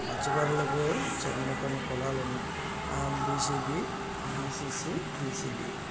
మత్స్యకారులకు చెందిన కొన్ని కులాలు ఉన్నాయి బీసీబీ బీసీసీ బీసీడీ